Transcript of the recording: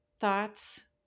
thoughts